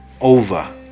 over